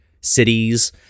cities